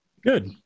good